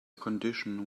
condition